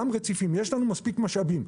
גם רציפים, יש לנו מספיק משאבים.